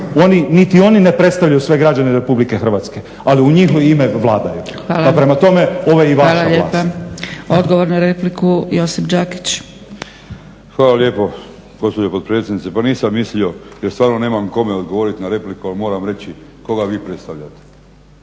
oni niti oni ne predstavljaju sve građane RH ali u njihovo ime vladaju pa prema tome ovo je i vaša vlast. **Zgrebec, Dragica (SDP)** Hvala lijepa. Odgovor na repliku Josip Đakić. **Đakić, Josip (HDZ)** Hvala lijepo gospođo potpredsjednice. Pa nisam mislio jer stvarno nemam kome odgovoriti na repliku ali moram reći koga vi predstavljate?